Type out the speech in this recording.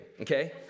okay